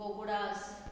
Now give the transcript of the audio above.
Gokuldas